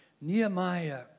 Nehemiah